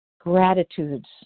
gratitudes